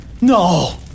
No